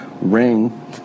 ring